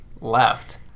left